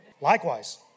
Likewise